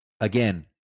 again